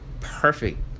perfect